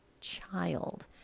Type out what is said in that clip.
child